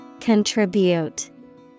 Contribute